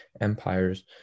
Empires